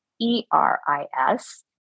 E-R-I-S